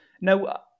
Now